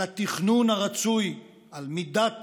על התכנון הרצוי, על מידת